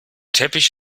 teppich